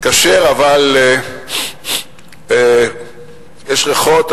כשר אבל יש ריחות,